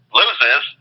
loses